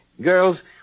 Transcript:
Girls